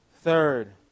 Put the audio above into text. Third